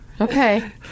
Okay